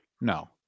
No